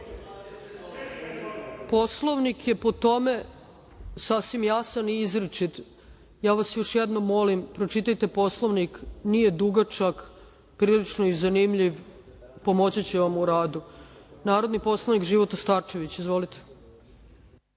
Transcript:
reč. Poslovnik je po tome sasvim jasan i izričit. Još jednom vas molim, pročitajte Poslovnik. Nije dugačak, prilično je zanimljiv, pomoći će vam u radu. Reč ima narodni poslanik Života Starčević. Izvolite.